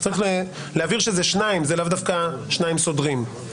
צריך להבהיר שזה שניים, לאו דווקא שניים סוגרים.